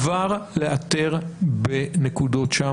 כבר לאתר בנקודות שם,